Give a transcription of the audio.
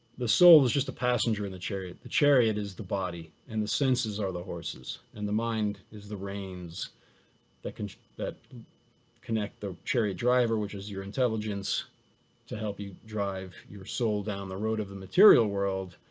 the soul is just the passenger in the chariot. the chariot is the body. and the senses are the horses. and the mind is the reins that connect that connect the chariot driver, which is your intelligence to help you drive your soul down the road of the material world.